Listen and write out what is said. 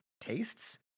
tastes